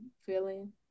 feeling